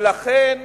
ולכן